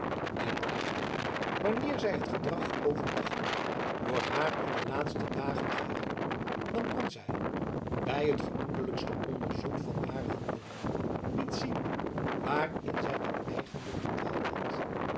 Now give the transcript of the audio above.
en echter wanneer zij het gedrag overdacht door haar in de laatste dagen gehouden dan kon zij bij het gemoedelijkste onderzoek van hare handelingen niet zien waarin zij dan eigenlijk gedwaald had